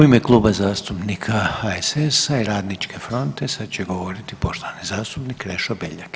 U ime Kluba zastupnika HSS-a i Radničke fronte sad će govoriti poštovani zastupnik Krešo Beljak.